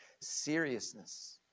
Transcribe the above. seriousness